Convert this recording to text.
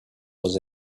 was